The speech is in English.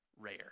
rare